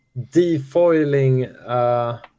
defoiling